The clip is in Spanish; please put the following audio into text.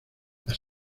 las